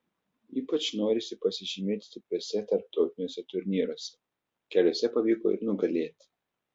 ypač norisi pasižymėti stipriuose tarptautiniuose turnyruose keliuose pavyko ir nugalėti